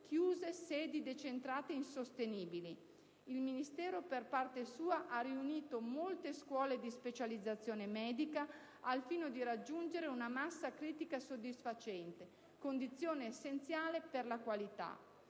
chiuso sedi decentrate insostenibili. Il Ministero, per parte sua, ha riunito molte scuole di specializzazione medica, al fine di raggiungere una massa critica soddisfacente, condizione essenziale di qualità.